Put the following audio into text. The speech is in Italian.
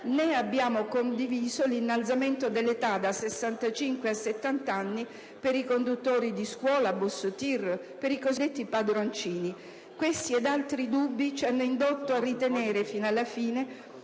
né abbiamo condiviso l'innalzamento dell'età da 65 a 70 anni per i conduttori di scuolabus, TIR e per i cosiddetti padroncini. Questi ed altri dubbi ci hanno indotto a ritenere, fino alla fine,